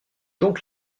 donc